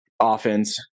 offense